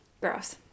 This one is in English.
Gross